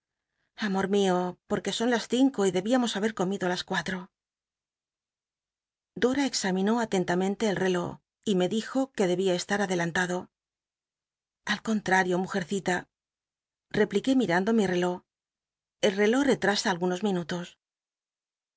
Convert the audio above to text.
amor mio po que son las cinco y debíamos haber com ido á las cuatro dora examinó a tentamente el reló y me dijo que debia estar adelantado al contrario mujercita repliqué mi l'eló el reló retrae algunos minutos